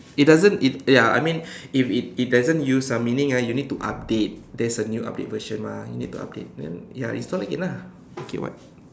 it doesn't it ya I mean if it it doesn't use ah meaning ah you need to update there's a new update version mah you need to update then instal lagi lah okay [what]